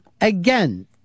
again